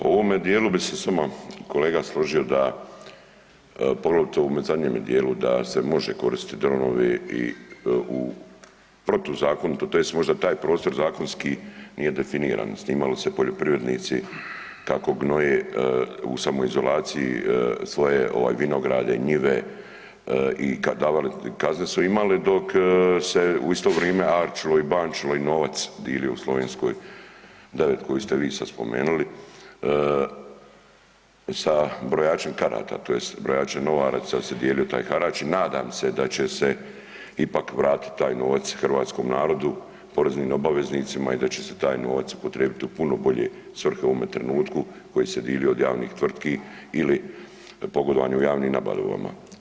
U ovome dijelu bi se s vama kolega složio da, poglavito u ovome zadnjemu dijelu da se može koristit dronovi i u protuzakonito tj. možda taj prostor zakonski nije definiran, snimali se poljoprivrednici kako gnoje u samoizolaciji svoje ovaj vinograde, njive i kazne su imali, dok se u isto vrime arčilo i bančilo i novac dilio u Slovenskoj 9 koju ste vi sad spomenuli sa brojačem karata tj. brojačem novaca se dijelio taj harač i nadam se da će se ipak vratit taj novac hrvatskom narodu, poreznim obaveznicima i da će se taj novac upotrijebiti u puno bolje svrhe u ovome trenutku koji se dilio od javnih tvrtki ili pogodovanju javnim nabavama.